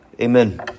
Amen